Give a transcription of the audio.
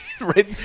Right